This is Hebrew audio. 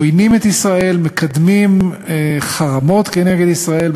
עוינות את ישראל, מקדמות חרמות נגד ישראל.